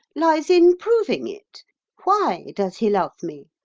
lies in proving it why does he love me?